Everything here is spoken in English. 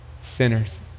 sinners